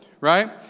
right